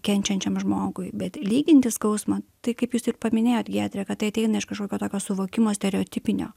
kenčiančiam žmogui bet lyginti skausmą tai kaip jūs paminėjot giedre kad tai ateina iš kažkokio tokio suvokimo stereotipinio